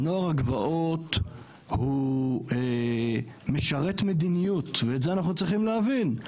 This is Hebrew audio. נוער הגבעות הוא משרת מדיניות ואת זה אנחנו צריכים להבין,